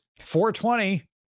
420